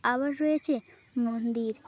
আবার রয়েছে মন্দির